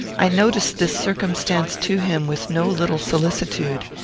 i noticed this circumstance to him with no little solicitude.